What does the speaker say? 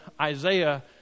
Isaiah